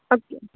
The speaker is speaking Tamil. அப்படியா